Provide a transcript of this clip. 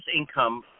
income